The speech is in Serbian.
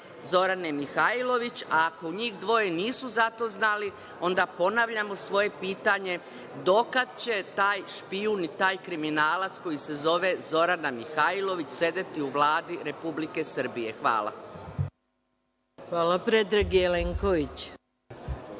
Zorane Mihajlović, a ako njih dvoje nisu za to znali, onda ponavljamo svoje pitanje – do kada će taj špijun i taj kriminalac koji se zove Zorana Mihajlović sedeti u Vladi Republike Srbije? Hvala. **Maja Gojković**